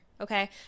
okay